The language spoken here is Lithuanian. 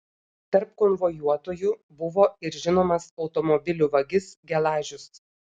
tarp konvojuotųjų buvo ir žinomas automobilių vagis gelažius